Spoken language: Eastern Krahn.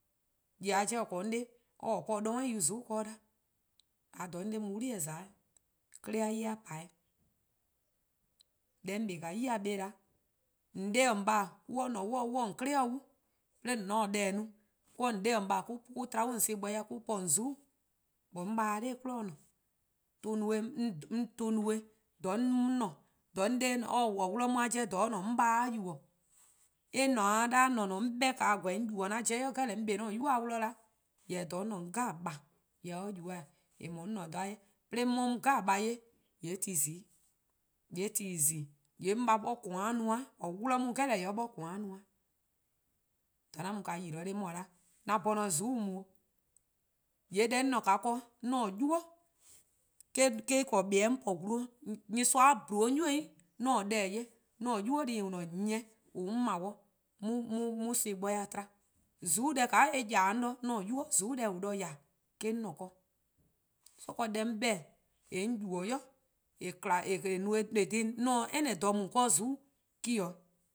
Nyor-kpalu :or :korn-a 'on 'de or 'da or-' po 'zorn-yu :zuku'-' ka or 'da :da 'on 'de-a mu 'wli-eh :za-eh, 'kle-a 'ye-a pa-a. Deh 'on 'kpa :ao' 'yi beh 'da, :on 'de-: :on :baa'-: :mor on :ne 'o :on 'klei' dee, :yee' :mor :on :taa deh no :yee' :on 'de-: :on :baa' mo-: :an tba :on son+ gbor-dih dee :an po :on :zuku'-', jorwor: 'on :baa' se 'nor 'kwineh'bo :ne tuh no-eh :dha 'on :ne-a', :dha 'on 'de :or 'wluh-a' 'jeh :dha or :ne-a 'on :baa' se 'o yubo:. Eh :ne-a 'o :ne :neeen: 'on 'beh-a 'o :weh, 'on yubo: 'an 'jeh 'i deh 'jeh 'on kpa 'o 'an-a'a: 'nynuu:-a 'wluh 'da :weh, 'de jorwor: :dha 'on :ne-a 'de 'on :baa' 'jeh or yubo:-eh :eh :mor 'on :ne 'o dha-a 'jeh 'weh. 'On 'ye-a 'an :baa' 'jeh 'ye :yee' ti zi-'. :yee' 'on :baa' 'bor :koan: no-eh weh, :or 'wluh deh 'jeh :yee' or 'bor :koan-a no-eh 'weh. :dha 'an mu :yi-dih' 'de 'on 'ye :ao' 'an 'bhorn 'on 'ye :zuku'-' mo :eh. :yee' deh 'on :ne-a ken :naa, 'an-a' 'nynuu: eh-: :korn :boeh: 'on po glu, :mor nyorsoa :dle 'on ybei', :mor 'on :taa deh 'ye, 'an 'nynuu: :deh :en :ne-a nyieh :on 'on 'ble-a 'on 'ye-uh son+ gbor-dih tba. :zuku' deh :ka eh :ya-dih-a 'on de 'an-a'a: 'nynuu: :zuku' deh :ne-uh de :ya-dih: eh-: 'on :ne 'ken. So deh 'on 'beh-dih-a :eh 'on yubo-a :eh no-eh 'de 'on se-a 'anyne: dha mu 'de :zuku'-' me 'o.